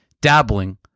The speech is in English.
Dabbling